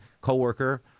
coworker